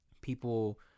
people